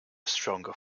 stronger